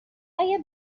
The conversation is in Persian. اگه